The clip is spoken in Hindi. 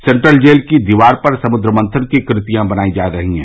सेन्ट्रल जेल की दीवार पर समुद्र मंथन की कृतियां बनाई जा रही है